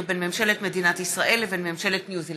בין ממשלת מדינת ישראל לבין ממשלת ניו זילנד.